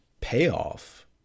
payoff